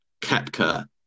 Kepka